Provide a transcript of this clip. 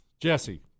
Jesse